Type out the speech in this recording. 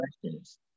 questions